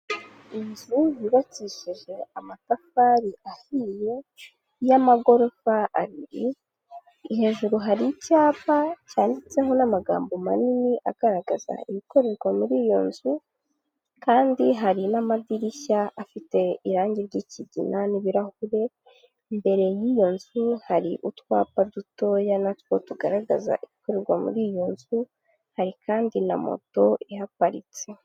Inzu yubakishije amatafari ahiye y'amagorofa aribiri, hejuru hari icyapa cyanditseho n'amagambo manini agaragaza ibikorerwa muri iyo nzu, kandi hari n'amadirishya afite irangi ry'ikigina n'ibirahure, imbere y'iyo nzu hari utwapa dutoya natwo tugaragaza ibikorerwa muri iyo nzu, hari kandi na moto ihaparitse.